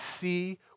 see